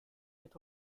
fährt